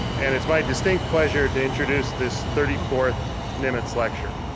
and it's my distinct pleasure to introduce this thirty fourth nimitz lecture.